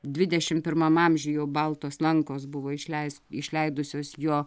dvidešim pirmam amžiuj jau baltos lankos buvo išleis išleidusios jo